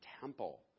temple